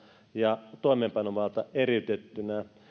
ja toimeenpanovalta eriytettynä ja